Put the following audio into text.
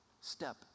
step